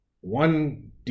one